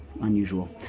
Unusual